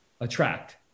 attract